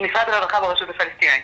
משרד הרווחה ברשות הפלסטינית.